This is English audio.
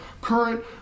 current